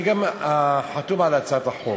אני גם חתום על הצעת החוק: